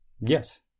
Yes